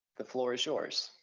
the floor is yours.